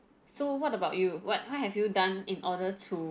so what about you what have you done in order to